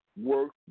work